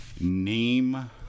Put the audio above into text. name